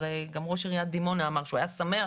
הרי גם ראש עיריית דימונה אמר שהוא היה שמח